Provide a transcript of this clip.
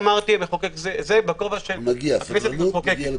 זה בכובע של הכנסת במחוקקת.